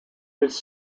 its